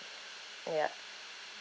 ya